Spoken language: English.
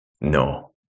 no